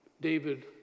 David